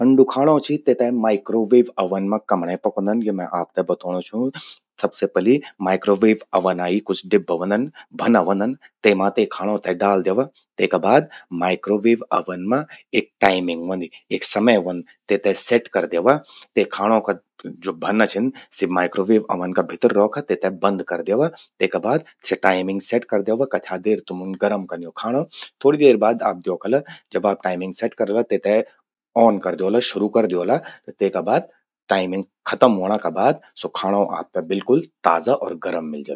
ठंडू खाणो चि, तेते माइक्रोवेव ओवन मां कमण्ये पकोंदन, यो मैं आपते बतौणूं छूं। सबसे पलि माइक्रोवेव ओवना ही कुछ डिब्बा व्हंदन, भन्ना व्हंदन, तेमा ते खाणो ते डाल द्यवा। तेका बाद माइक्रोवेव ओवन मां एक टाइमिंग व्हंदि। एक समय व्हंद, तेते सेट कर द्यवा। ते खाणो का ज्वो भन्ना छिन सि माइक्रोवेव ओवन का भितर रौखा, तेते बंद कर द्यवा। तेका बाद स्या टाइमिंग सेट कर द्यवा, कथ्या देर तुमुन गरम कन्न यो खाणो। थोड़ी देर बाद आप द्योखला जब आप टाइमिंग सेट करला तेते ऑन कर द्योला शुरू कर द्योला। तेका बाद टाइमिंग खतम ह्वोण का बाद स्वो खाणो आपते बिल्कुल ताजा और गरम मिल जलु।